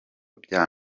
bya